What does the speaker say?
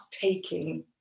taking